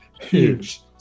huge